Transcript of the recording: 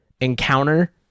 encounter